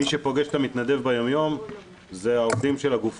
מי שפוגש את המתנדב ביום יום זה העובדים של הגוף